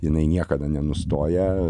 jinai niekada nenustoja